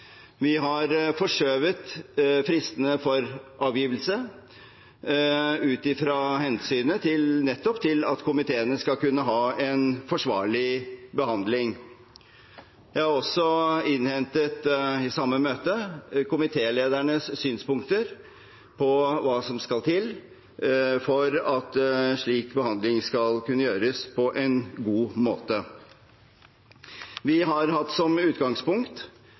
Vi har forskjøvet fristene for avgivelse ut ifra nettopp hensynet til at komiteene skal kunne ha en forsvarlig behandling. Jeg har også – i samme møte – innhentet komitéledernes synspunkter på hva som skal til for at slik behandling skal kunne gjøres på en god måte. Vi har hatt som utgangspunkt